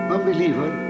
Unbeliever